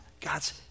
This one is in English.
God's